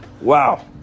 wow